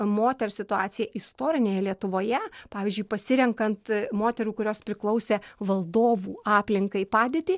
moters situaciją istorinėje lietuvoje pavyzdžiui pasirenkant moterų kurios priklausė valdovų aplinkai padėtį